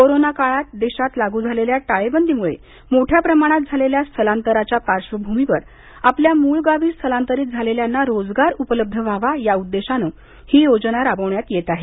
corona काळात देशात लागू झालेल्या टाळेबंदीमुळे मोठ्या प्रमाणात झालेल्या स्थलांतराच्या पार्श्वभूमीवर आपल्या मूळ गावी स्थलांतरित झालेल्यांना रोजगार उपलब्ध व्हावा या उद्देशाने ही योजना राबवण्यात येत आहे